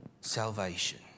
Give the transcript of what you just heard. salvation